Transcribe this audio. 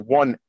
one